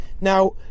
Now